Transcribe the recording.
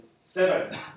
seven